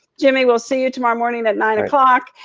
jimmy, we'll see you tomorrow morning at nine o'clock.